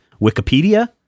Wikipedia